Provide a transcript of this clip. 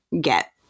get